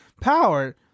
power